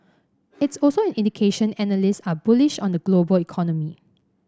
it's also an indication analysts are bullish on the global economy